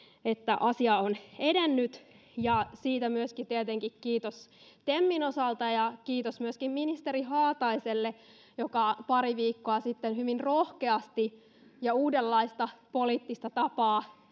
että asia on edennyt siitä myöskin tietenkin kiitos temille ja kiitos myöskin ministeri haataiselle joka pari viikkoa sitten hyvin rohkeasti ja uudenlaista poliittista tapaa